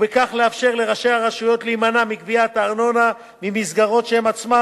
ובכך לאפשר לראשי הרשויות להימנע מגביית ארנונה ממסגרות שהם עצמם